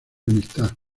amistad